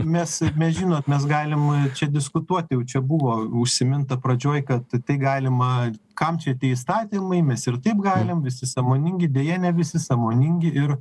mes mes žinot mes galim čia diskutuoti jau čia buvo užsiminta pradžioj kad tai galima kam čia tie įstatymai mes ir taip galim visi sąmoningi deja ne visi sąmoningi ir